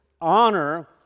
honor